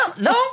no